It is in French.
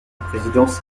présidence